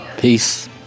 Peace